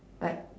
but